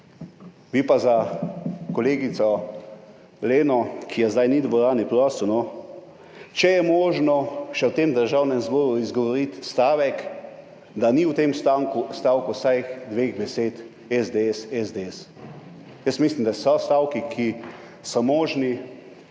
Bi pa za kolegico Leno, ki je zdaj ni v dvorani, prosil, no, če je možno v tem državnem zboru izgovoriti stavek in da ni v tem stavku vsaj dveh besed SDS, SDS. Mislim, da so stavki, ki so možni,